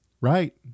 Right